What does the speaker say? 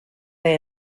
they